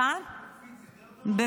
-- הקפיץ יותר טוב?